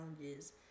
challenges